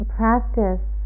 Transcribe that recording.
practice